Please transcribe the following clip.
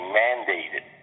mandated